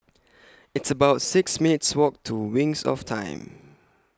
It's about six minutes' Walk to Wings of Time